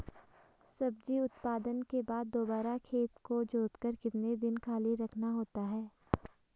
सब्जी उत्पादन के बाद दोबारा खेत को जोतकर कितने दिन खाली रखना होता है?